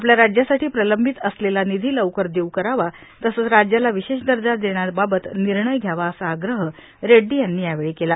आपल्या राज्यासाठी प्रलंबित असलेला निधी लवकर देऊ करावा तसंच राज्याला विशेष दर्जा देण्याबाबत निर्णय घ्यावा असा आग्रह रेइडी यांनी यावेळी केला